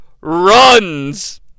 runs